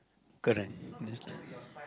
correct